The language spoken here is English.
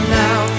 now